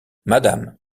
madame